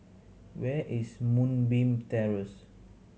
where is Moonbeam Terrace